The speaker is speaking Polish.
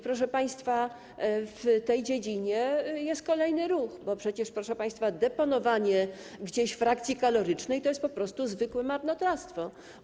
Proszę państwa, w tej dziedzinie jest kolejny ruch, bo przecież deponowanie gdzieś frakcji kalorycznej to jest po prostu zwykłe marnotrawstwo.